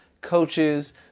coaches